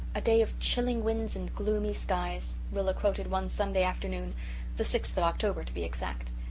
a day of chilling winds and gloomy skies rilla quoted one sunday afternoon the sixth of october to be exact.